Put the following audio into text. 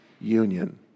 union